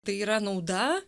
tai yra nauda